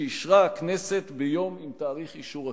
שאישרה הכנסת ביום, עם תאריך אישור הכנסת?